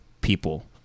people